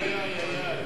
אני גם לא מסכים.